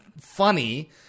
funny